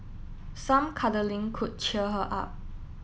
some cuddling could cheer her up